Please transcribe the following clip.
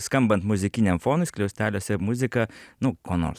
skambant muzikiniam fonui skliausteliuose muzika nu ko nors